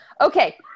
Okay